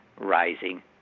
rising